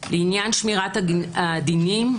בעניין שמירת הדינים,